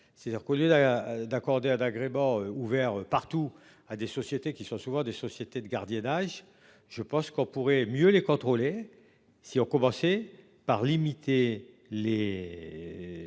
c'est-à-dire lieu là d'accorder à d'agrément ouvert partout à des sociétés qui sont souvent des sociétés de gardiennage. Je pense qu'on pourrait mieux les contrôler. Si on commençait par limiter les